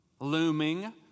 looming